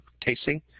tasting